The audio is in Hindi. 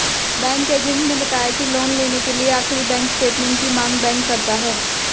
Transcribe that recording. बैंक एजेंट ने बताया की लोन लेने के लिए आखिरी बैंक स्टेटमेंट की मांग बैंक करता है